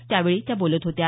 त्यावेळी त्या बोलत होत्या